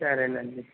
సరేనండి